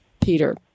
Peter